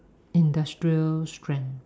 industrial strength